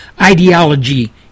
ideology